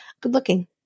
good-looking